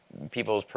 people's,